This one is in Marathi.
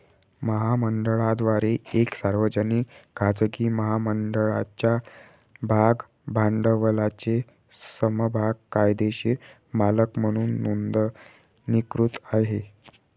महामंडळाद्वारे एक सार्वजनिक, खाजगी महामंडळाच्या भाग भांडवलाचे समभाग कायदेशीर मालक म्हणून नोंदणीकृत आहे